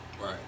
Right